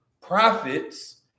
profits